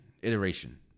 iteration